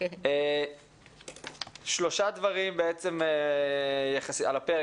שלושה דברים על הפרק,